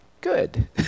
good